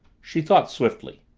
she thought swiftly.